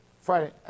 Friday